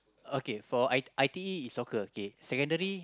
okay for I I_T_E is soccer okay secondary